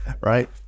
right